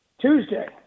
Tuesday